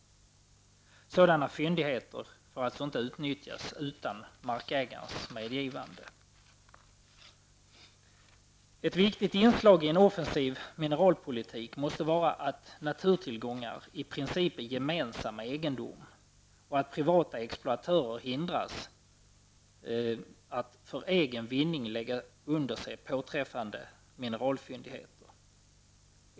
Sådana fyndigheter får alltså inte utnyttjas utan markägarens medgivande. Ett viktigt inslag i en offensiv mineralpolitik måste vara grundsynen att naturtillgångar i princip är gemensam egendom; privata exploatörer måste hindras att för egen vinning lägga under sig påträffade mineralfyndigheter.